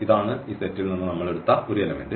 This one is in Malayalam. ഇതാണ് ഈ സെറ്റിൽ നിന്ന് നമ്മൾ എടുത്ത ഒരു എലിമെൻറ്